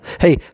Hey